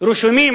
רשומים,